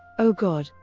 o god,